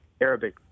Arabic